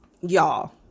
y'all